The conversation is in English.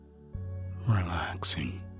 Relaxing